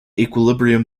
equilibrium